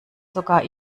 sogar